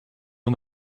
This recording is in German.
nur